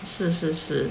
是是是